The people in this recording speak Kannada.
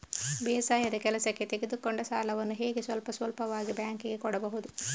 ಬೇಸಾಯದ ಕೆಲಸಕ್ಕೆ ತೆಗೆದುಕೊಂಡ ಸಾಲವನ್ನು ಹೇಗೆ ಸ್ವಲ್ಪ ಸ್ವಲ್ಪವಾಗಿ ಬ್ಯಾಂಕ್ ಗೆ ಕೊಡಬಹುದು?